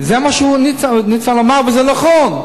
זה מה שניצן אמר, וזה נכון.